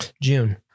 june